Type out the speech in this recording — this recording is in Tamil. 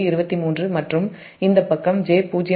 23 மற்றும் இந்த பக்கம் j0